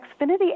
Xfinity